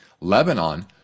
Lebanon